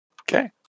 Okay